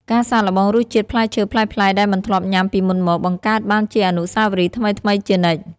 ការសាកល្បងរសជាតិផ្លែឈើប្លែកៗដែលមិនធ្លាប់ញ៉ាំពីមុនមក បង្កើតបានជាអនុស្សាវរីយ៍ថ្មីៗជានិច្ច។